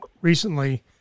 recently –